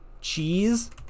Cheese